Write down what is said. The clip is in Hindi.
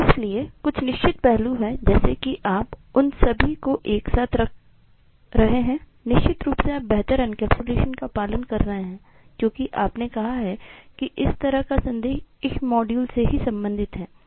इसलिए कुछ निश्चित पहलू हैं जैसे कि आप उन सभी को एक साथ रख रहे हैं निश्चित रूप से आप बेहतर एनकैप्सुलेशन का पालन कर रहे हैं क्योंकि आपने कहा है कि इस तरह का संदेश इस मॉड्यूल से ही संबंधित है